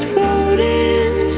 Floating